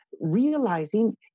realizing